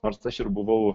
nors aš ir buvau